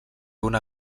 una